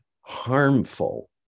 harmful